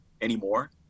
anymore